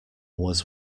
was